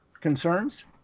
Concerns